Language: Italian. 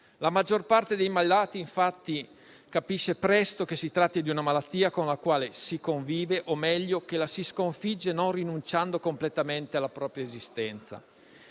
La maggior parte dei malati, infatti, capisce presto che si tratta di una malattia con la quale si convive o, meglio, che la si sconfigge non rinunciando completamente alla propria esistenza.